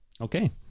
Okay